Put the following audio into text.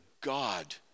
God